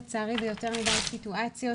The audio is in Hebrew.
לצערי ביותר מידי סיטואציות,